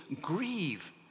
grieve